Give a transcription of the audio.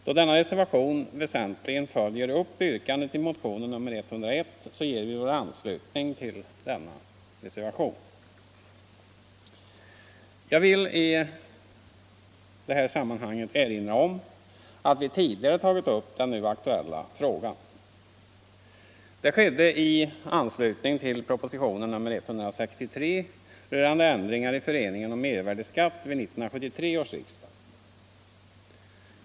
Då denna reservation väsentligen följer upp yrkandet i motionen 101 ger vi vår anslutning till denna reservation. Jag vill i detta sammanhang erinra om att vi tidigare har tagit upp den nu aktuella frågan. Det skedde i anslutning till propositionen 163, rörande ändringar i förordningen om mervärdeskatt, vid 1973 års riksdag.